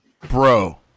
Bro